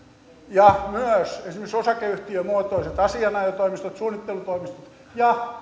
myös esimerkiksi osakeyhtiömuotoiset asianajotoimistot suunnittelutoimistot ja